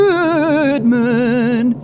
Goodman